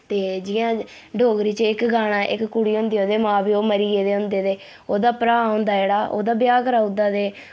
ते जियां डोगरी च इक गाना ऐ इक कुड़ी होंदी ओह्दे मां प्यो मरी गेदे होंदे ते ओह्दा भ्राऽ होंदा जेह्ड़ा ओह्दा ब्याह् कराई ओड़दा ते